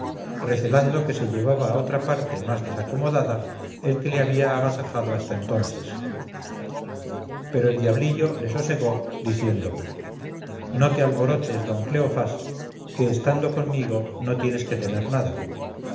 recelando que se le llevaba a otra parte más desacomodada el que le había agasajado hasta entonces pero el diablillo le sosegó diciendo no te alborotes don cleofás que estando conmigo no tienes que temer nada